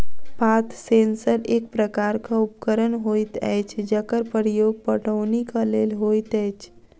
पात सेंसर एक प्रकारक उपकरण होइत अछि जकर प्रयोग पटौनीक लेल होइत अछि